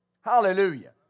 Hallelujah